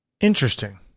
Interesting